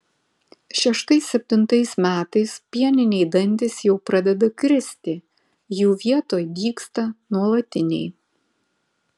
šeštais septintais metais pieniniai dantys jau pradeda kristi jų vietoj dygsta nuolatiniai